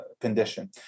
condition